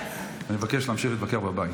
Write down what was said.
חבר הכנסת דן אילוז,